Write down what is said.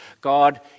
God